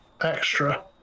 extra